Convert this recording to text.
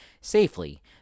safely